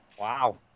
Wow